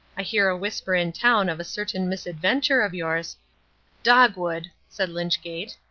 i hear a whisper in town of a certain misadventure of yours dogwood, said wynchgate,